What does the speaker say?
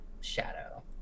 shadow